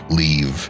leave